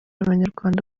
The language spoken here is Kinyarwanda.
abanyarwanda